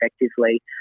effectively